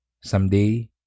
Someday